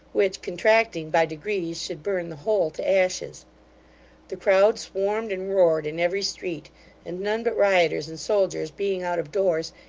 which, contracting by degrees, should burn the whole to ashes the crowd swarmed and roared in every street and none but rioters and soldiers being out of doors,